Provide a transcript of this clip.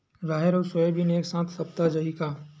राहेर अउ सोयाबीन एक साथ सप्ता चाही का?